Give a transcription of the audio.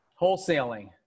Wholesaling